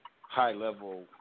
high-level